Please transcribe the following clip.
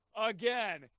again